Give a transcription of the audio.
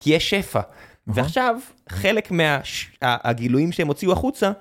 כי יש שפע ועכשיו חלק מהגילויים שהם הוציאו החוצה